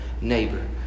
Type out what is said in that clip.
neighbor